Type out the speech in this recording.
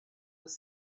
was